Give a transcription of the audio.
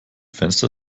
fenster